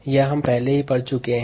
यह हम पहले ही पढ़ चुके हैं